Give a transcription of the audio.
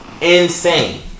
Insane